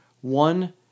One